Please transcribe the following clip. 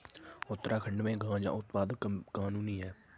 उत्तराखंड में गांजा उत्पादन कानूनी है